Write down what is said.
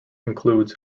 includes